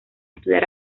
estudiar